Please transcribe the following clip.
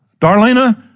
Darlena